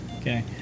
Okay